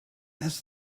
ask